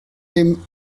dem